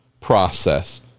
process